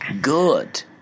good